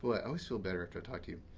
i always feel better after i talk to you.